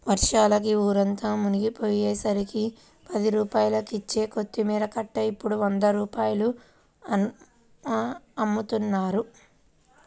వర్షాలకి ఊరంతా మునిగిపొయ్యేసరికి పది రూపాయలకిచ్చే కొత్తిమీర కట్ట ఇప్పుడు వంద రూపాయలంటన్నారు